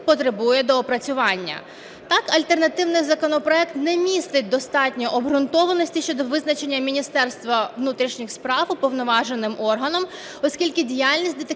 потребує доопрацювання. Так, альтернативний законопроект не містить достатньо обґрунтованості щодо визначення Міністерства внутрішніх справ уповноваженим органом, оскільки діяльність